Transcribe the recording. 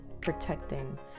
protecting